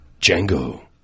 Django